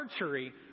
archery